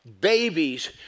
babies